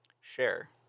share